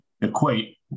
equate